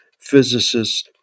physicists